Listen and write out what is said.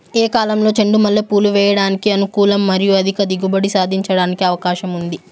ఏ కాలంలో చెండు మల్లె పూలు వేయడానికి అనుకూలం మరియు అధిక దిగుబడి సాధించడానికి అవకాశం ఉంది?